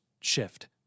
shift